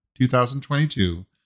2022